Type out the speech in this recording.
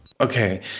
Okay